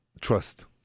Trust